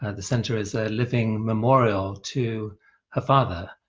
and the center is a living memorial to her father,